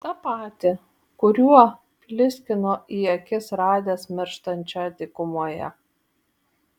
tą patį kuriuo pliskino į akis radęs mirštančią dykumoje